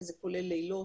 וזה כולל לילות.